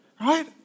Right